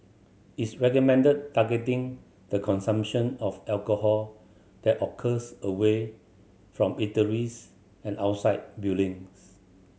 its recommended targeting the consumption of alcohol that occurs away from eateries and outside buildings